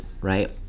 right